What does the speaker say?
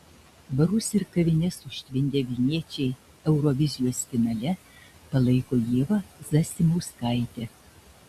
barus ir kavines užtvindę vilniečiai eurovizijos finale palaiko ievą zasimauskaitę